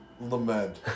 lament